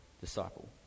disciple